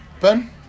Ben